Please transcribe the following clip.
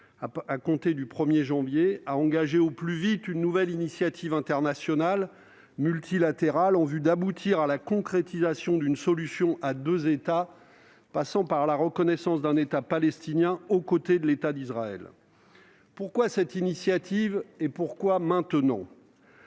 à compter du 1 janvier, à engager au plus vite une nouvelle initiative internationale multilatérale en vue d'aboutir à la concrétisation d'une solution à deux États passant par la reconnaissance d'un État palestinien aux côtés de l'État d'Israël. Pourquoi cette initiative ? Et pourquoi maintenant ?